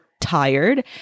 tired